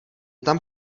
tam